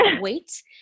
wait